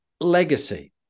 Legacy